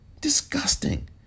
Disgusting